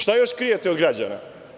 Šta još krijete od građana?